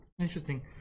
interesting